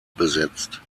besetzt